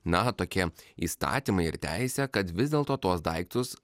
na tokie įstatymai ir teisė kad vis dėlto tuos daiktus